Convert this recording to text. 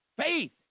Faith